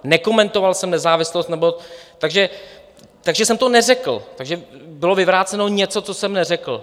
Nekomentoval jsem nezávislost, takže jsem to neřekl, takže bylo vyvráceno něco, co jsem neřekl.